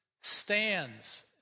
stands